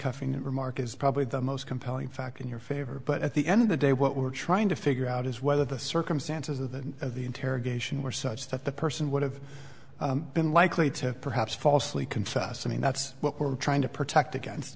handcuffing remark is probably the most compelling factor in your favor but at the end of the day what we're trying to figure out is whether the circumstances of the interrogation were such that the person would have been likely to perhaps falsely confess i mean that's what we're trying to protect against